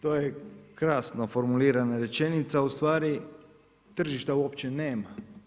To je krasno formulirana rečenica a ustvari tržišta uopće nema.